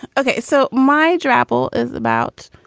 ok. so my drabble is about.